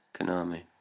Konami